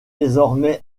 désormais